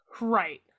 Right